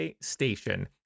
Station